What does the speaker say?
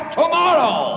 tomorrow